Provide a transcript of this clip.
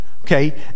okay